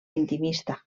intimista